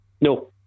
No